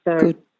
Good